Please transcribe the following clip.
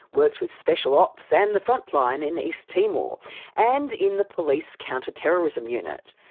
worked with special ops and the frontline in east timor and in the police counter terrorism unit.